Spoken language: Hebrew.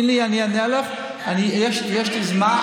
תני לי, אני אענה לך, יש לי זמן.